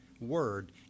word